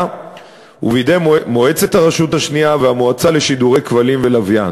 ובידי מועצת הרשות השנייה והמועצה לשידורי כבלים ולוויין.